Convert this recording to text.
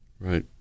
Right